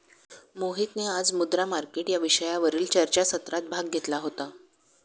मोहितने आज मुद्रा मार्केट या विषयावरील चर्चासत्रात भाग घेतला होता